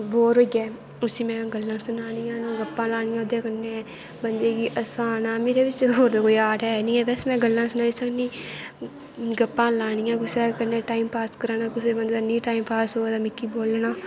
bore होईयै उसी में गल्लां सनानियां न गप्पां लानियां बंदे गी हसाना मेरै बिच्च होर तां कोई आर्ट है नी एह् बस में गल्लां सनाई सकनी गप्पां लानियां कुसै बंदै कन्नै टाईम पास कराना कुसै बंदे दा नेंई टाईम पास होऐ तां मिगी बोलना